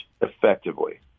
effectively